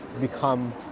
become